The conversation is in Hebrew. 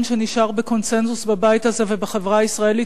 שנשאר בקונסנזוס בבית הזה ובחברה הישראלית,